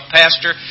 pastor